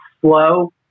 slow